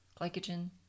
glycogen